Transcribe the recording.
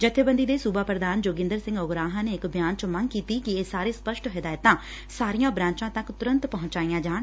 ਜਥੇਬੰਦੀ ਦੇ ਸੁਬਾ ਪ੍ਰਧਾਨ ਜੋਗੰਦਰ ਸਿੰਘ ਉਗਰਾਹਾਂ ਨੇ ਇਕ ਬਿਆਨ ਚ ਮੰਗ ਕੀਤੀ ਕਿ ਇਸ ਬਾਰੇ ਸਪੱਸ਼ਟ ਹਦਾਇਤਾਂ ਸਾਰੀਆਂ ਬ੍ਰਾਂਚਾਂ ਤੱਕ ਤੁਰੰਤ ਪਹੁੰਚਾਈਆਂ ਜਾਣ